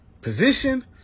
position